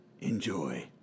Enjoy